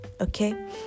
okay